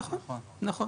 נכון.